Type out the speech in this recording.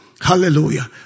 Hallelujah